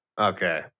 Okay